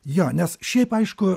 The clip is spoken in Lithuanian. jo nes šiaip aišku